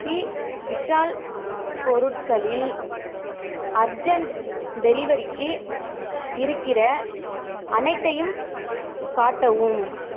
B Vishal பொருட்களில் urgent டெலிவரிக்கு இருக்கிற அனைத்தையும் காட்டவும்